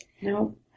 No